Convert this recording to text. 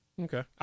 Okay